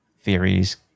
theories